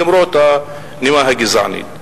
למרות הנימה הגזענית.